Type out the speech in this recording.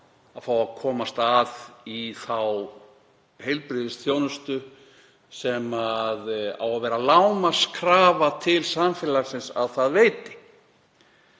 að fá að komast í þá heilbrigðisþjónustu sem á að vera lágmarkskrafa til samfélagsins að það veiti.